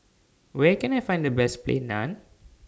Where Can I Find The Best Plain Naan